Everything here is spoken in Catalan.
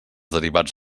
derivats